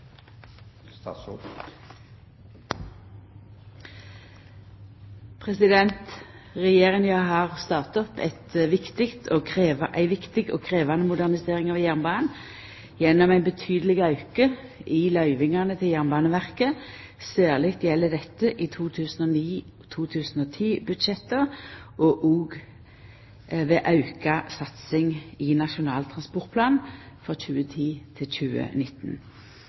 Regjeringa har starta opp ei viktig og krevjande modernisering av jernbanen gjennom ein betydeleg auke i løyvingane til Jernbaneverket, særleg gjeld dette i 2009–2010-budsjettet og òg ved auka satsing i Nasjonal transportplan